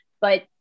but-